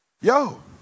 yo